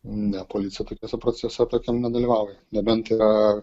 ne policija tokiuose procese tokiam nedalyvauja nebent yra